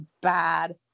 bad